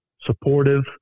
supportive